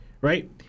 right